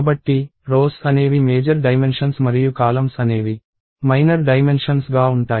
కాబట్టి రోస్ అనేవి major dimensions మరియు కాలమ్స్ అనేవి మైనర్ డైమెన్షన్స్ గా ఉంటాయి